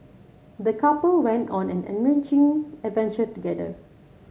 the couple went on an enriching adventure together